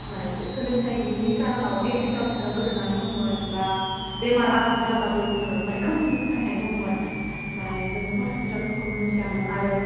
माने सोलोंथाइ गैयैनि खार'नाव एग्रिकाल्साराव गोदोनानै दंमोन बा बेमार आजार जाब्लाबो जोङो माने खोमसि फोथायनाय दंमोन माने जों हस्पिटेलफोरखौ मोन्थियामोन आरो